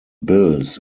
bills